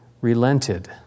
relented